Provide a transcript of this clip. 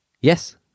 Yes